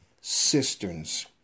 cisterns